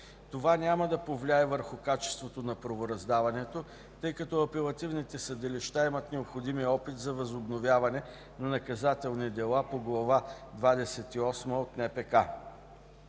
Това няма да повлияе върху качеството на правораздаването, тъй като апелативните съдилища имат необходимия опит за възобновяването на наказателни дела по глава двадесет